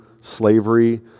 slavery